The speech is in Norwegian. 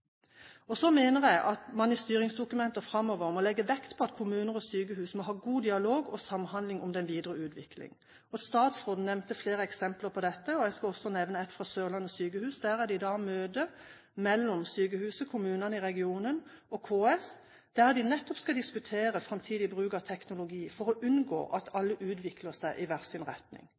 Så mener jeg at man i styringsdokumenter framover må legge vekt på at kommuner og sykehus må ha god dialog og samhandling om den videre utvikling. Statsråden nevnte flere eksempler på dette, og jeg skal nevne et eksempel fra Sørlandet sykehus. I dag er det møte mellom sykehuset, kommunene i regionen og KS, der de nettopp skal diskutere framtidig bruk av teknologi, for å unngå at alle utvikler seg i hver sin retning.